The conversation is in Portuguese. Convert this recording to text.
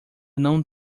não